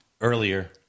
earlier